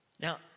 Now